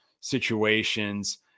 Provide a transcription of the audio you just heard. situations